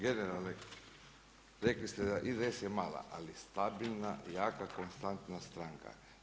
Generale, rekli ste da je IDS je mala, ali stabilna i jaka, konstantna stranka.